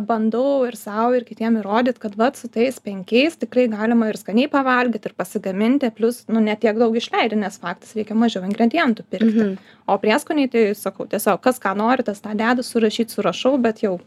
bandau ir sau ir kitiem įrodyt kad vat su tais penkiais tikrai galima ir skaniai pavalgyt ir pasigaminti plius nu ne tiek daug išleidžiu nes faktas reikia mažiau ingredientų pirkti o prieskoniai tai sakau tiesiog kas ką nori tas tą deda surašyt surašau bet jau